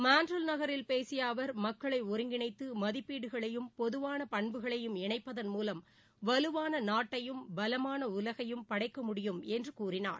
Montreal நகரில் பேசிய அவர் மக்களை ஒருங்கிணைத்து மதிப்பீடுகளையும் பொதுவான பண்புகளையும் இணைப்பதன் மூலம் வலுவான நாட்டையும் பலமான உலகையும் படைக்க முடியும் என்று அவர் கூறினார்